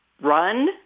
run